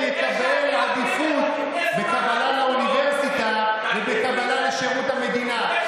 יקבל עדיפות בקבלה לאוניברסיטה ובקבלה לשירות המדינה.